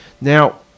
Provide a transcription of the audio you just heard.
Now